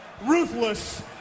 ruthless